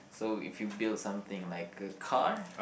so if you build something like a car